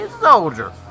soldier